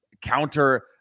counter